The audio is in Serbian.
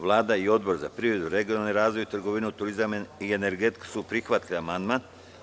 Vlada i Odbor za privredu, regionalni razvoj, trgovinu, turizam i energetiku su prihvatili amandman.